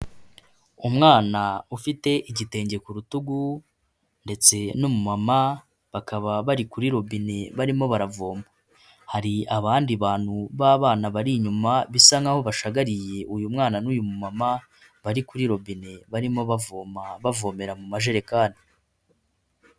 Umwana ufite igitenge ku rutugu ndetse n'umamama bakaba bari kuri robine barimo baravoma, hari abandi bantu b'abana bari inyuma bisa nk'aho bashagariye uyu mwana n'uyu mumama bari kuri robine barimo bavoma bavomera mu majerekani.